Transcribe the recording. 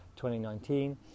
2019